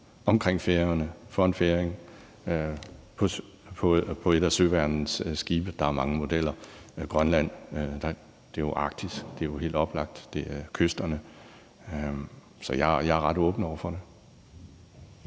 omkring Færøerne på et af søværnets skibe. Der er mange modeller, også for Grønland. Det er jo Arktis, og det er helt oplagt, at det er kysterne. Så jeg er ret åben over for det.